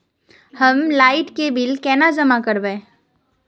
हम लाइट के बिल केना जमा करबे?